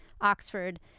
Oxford